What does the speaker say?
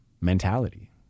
mentality